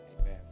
amen